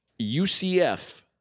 UCF